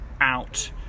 out